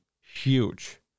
huge